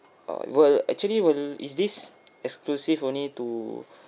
uh will actually will is this exclusive only to